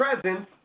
presence